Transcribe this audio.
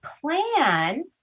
plan